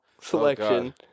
selection